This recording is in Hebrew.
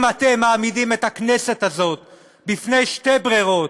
אם אתם מעמידים את הכנסת הזאת בפני שתי ברירות,